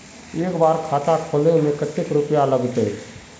एक बार खाता खोले में कते रुपया लगते?